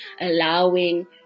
allowing